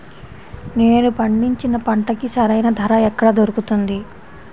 నేను పండించిన పంటకి సరైన ధర ఎక్కడ దొరుకుతుంది?